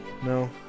No